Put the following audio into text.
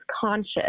conscious